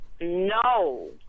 No